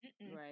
Right